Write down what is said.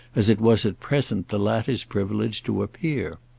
as it was at present the latter's privilege to appear.